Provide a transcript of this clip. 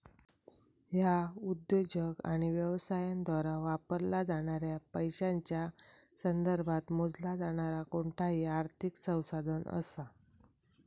ह्या उद्योजक आणि व्यवसायांद्वारा वापरला जाणाऱ्या पैशांच्या संदर्भात मोजला जाणारा कोणताही आर्थिक संसाधन असा